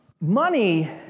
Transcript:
Money